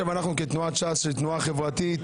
תנועת ש"ס היא בעיקר תנועה חברתית,